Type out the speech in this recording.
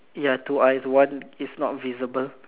ya two eyes one is not visible